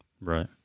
Right